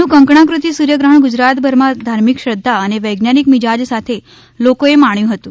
આજનું કંકણાકૃતિ સૂર્યગ્રહણ ગુજરાતભરમાં ધાર્મિક શ્રધ્ધા અને વૈજ્ઞાનિક મિજાજ સાથે લોકોએ માણ્યું હતું